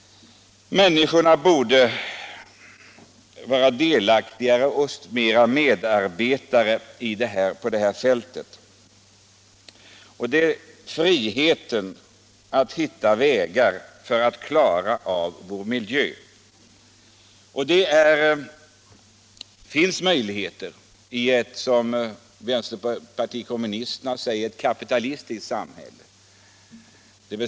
Människorna borde vara mer delaktiga och engagera sig mer i arbetet på att hitta vägar för att klara vår miljö. I ett, som vänsterpartiet kommunisterna säger, kapitalistiskt samhälle, dvs. ett samhälle som vårt, kan människorna genom sin frihet opponera och skapa möjligheter att förbättra situationen. I ett slutet samhälle, som herr Claeson och andra har talat om, kan man inte lösa problemen på samma sätt. Där får naturen stå tillbaka för samhällets intressen. Det är alltför väl omvittnat. Herr talman!